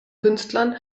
künstlern